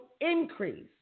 increase